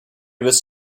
was